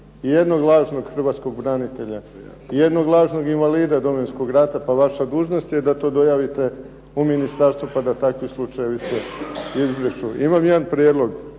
ijednog lažnog hrvatskog branitelja, ijednog lažnog invalida Domovinskog rata, pa vaša dužnost je da to dojavite u ministarstvo pa da takvi slučajevi se izbrišu. Imam jedan prijedlog,